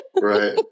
Right